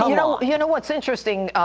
you know you know what's interesting.